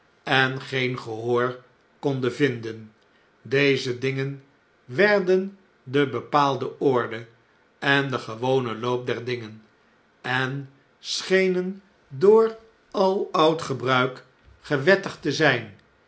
en geen gehoor konden vinden deze dinger werden de bepaalde orde en de gewone loop der dingen en schenen door aloud gebruik gewettigd te zn'n